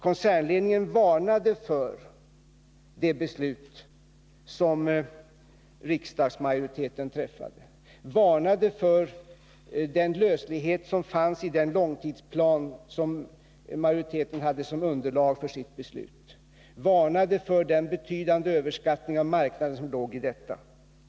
Koncernledningen varnade för det beslut som riksdagsmajoriteten träffade, varnade för den löslighet som fanns i den långtidsplan som majoriteten hade som underlag för sitt beslut, varnade för den betydande överskattning av marknaden som låg i detta.